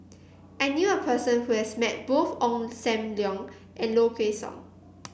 i knew a person who has met both Ong Sam Leong and Low Kway Song